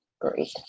Great